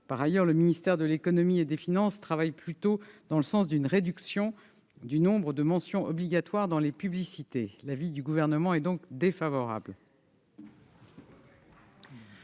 d'autant que le ministère de l'économie et des finances travaille plutôt dans le sens d'une réduction du nombre de mentions obligatoires dans les publicités. L'avis du Gouvernement est donc défavorable.